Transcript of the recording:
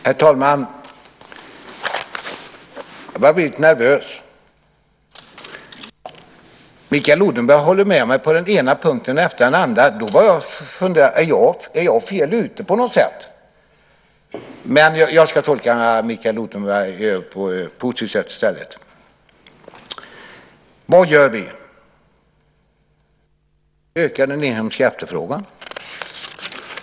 Herr talman! Jag börjar bli lite nervös. Mikael Odenberg håller med mig på den ena punkten efter den andra. Då börjar jag fundera. Är jag fel ute på något sätt? Men jag ska tolka Mikael Odenberg på ett positivt sätt i stället. Vad gör vi? Vi ökar den inhemska efterfrågan.